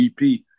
EP